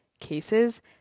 cases